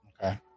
Okay